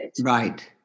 Right